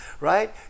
right